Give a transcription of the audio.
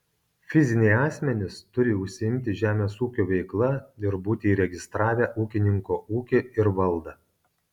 fiziniai asmenys turi užsiimti žemės ūkio veikla ir būti įregistravę ūkininko ūkį ir valdą